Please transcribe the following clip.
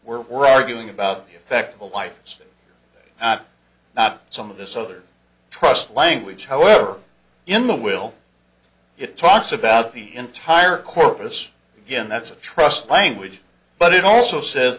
terms we're arguing about the effect of a wife still not some of this other trust language however in the will it talks about the entire corpus again that's trust language but it also says